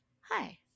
Hi